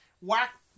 whack